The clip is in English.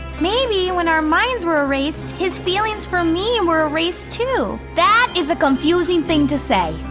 maybe when our minds were erased, his feelings for me were erased too. that is a confusing thing to say.